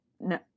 No